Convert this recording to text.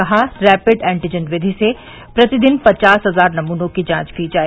कहा rapid antigen विधि से प्रतिदिन पचास हजार नमूनों की जांच की जाए